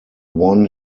won